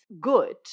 good